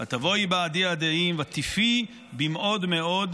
ותבֹאי בַּעֲדי עֲדָיים --- ותִיפִי במאֹד מאֹד,